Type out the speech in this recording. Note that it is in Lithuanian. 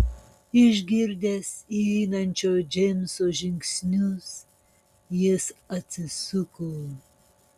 išgirdęs įeinančio džeimso žingsnius jis atsisuko